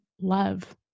love